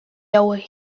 hauei